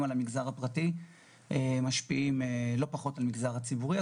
על המגזר הפרטי ולא פחות מזה על המגזר הציבורי.